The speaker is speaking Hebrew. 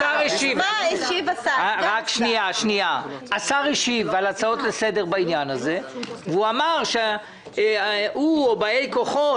השר השיב על הצעות לסדר בעניין הזה והוא אמר שהוא או באי כוחו,